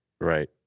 right